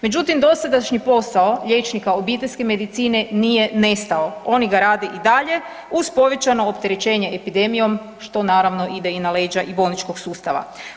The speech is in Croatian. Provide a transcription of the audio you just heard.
Međutim, dosadašnji posao liječnika obiteljske medicine nije nestao, oni ga rade i dalje uz povećano opterećenje epidemijom, što naravno ide i na leđa bolničkog sustava.